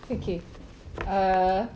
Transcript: okay err